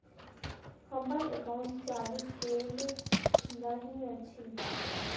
हम्मर एकाउंट चालू केल नहि अछि?